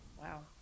Wow